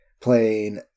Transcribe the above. playing